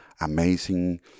amazing